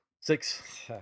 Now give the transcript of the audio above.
Six